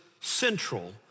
central